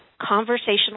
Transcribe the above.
conversational